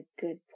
good